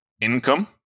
income